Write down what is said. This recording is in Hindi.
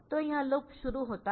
तो यह लूप शुरू होता है